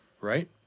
Right